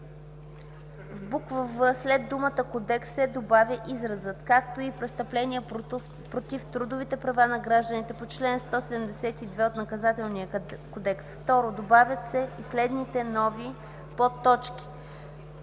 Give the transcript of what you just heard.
п.т. в) след думата „кодекс” се добавя изразът „както и престъпления против трудовите права на гражданите по чл. 172 от Наказателния кодекс”; 2. добавят се и следните нови п.т.: